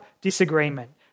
disagreement